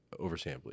oversampling